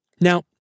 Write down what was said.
Now